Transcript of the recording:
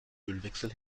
ölwechsel